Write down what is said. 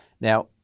Now